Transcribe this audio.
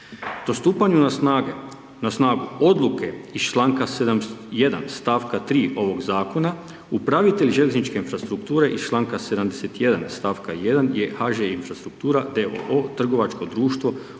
postupanje na snagu odluke iz čl. 701, stavka 3 ovog zakona, upravitelj željezničke infrastrukture, iz čl. 71. stavka 1 je HŽ infrastruktura d.o.o. trgovačko društvo